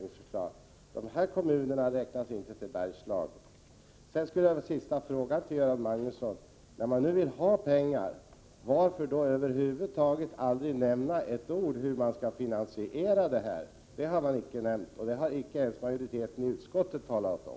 De kommuner vi nu närmast diskuterar räknas inte till Bergslagen. Så en sista fråga till Göran Magnusson: När man nu vill ha pengar, varför då över huvud taget aldrig nämna ett ord om hur det hela skall finansieras? Det har man inte sagt någonting om — det har inte ens majoriteten i utskottet talat om.